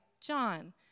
John